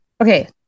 Okay